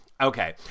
Okay